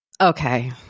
Okay